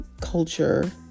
culture